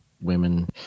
Women